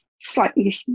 slightly